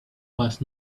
was